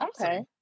okay